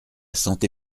santé